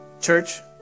Church